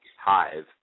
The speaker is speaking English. hive